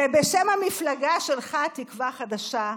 ובשם המפלגה שלך, תקווה חדשה,